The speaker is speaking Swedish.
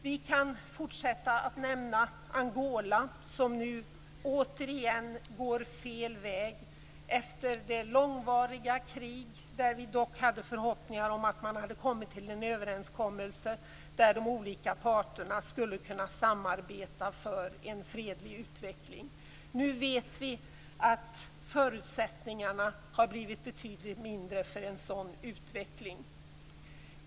Jag kan fortsätta med att nämna Angola som återigen går fel väg efter det långvariga krig då vi hade förhoppningar om att man skulle nå en överenskommelse där de olika parterna skulle kunna samarbeta för en fredlig utveckling. Nu vet vi att förutsättningarna för en sådan utveckling har blivit betydligt mindre.